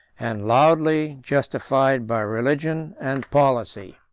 and loudly justified by religion and policy.